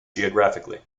geographically